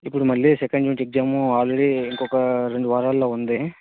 ఇప్పుడు మళ్ళీ second unit exam already ఇంకొక రెండు వారాల్లో ఉంది